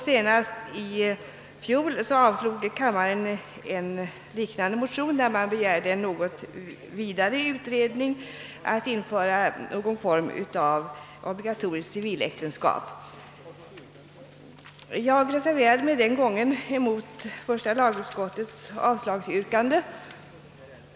Senast i fjol avslog kammaren en liknande motion :i vilken begärdes en något vidare utredning; som gällde införandet av hågon form 'av obligatoriskt civiläktenskap. Jag reser verade mig då mot första lagutskottets avslagsyrkande.